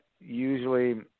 usually